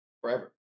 Forever